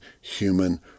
human